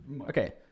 Okay